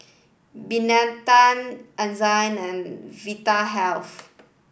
Betadine Enzyplex and Vitahealth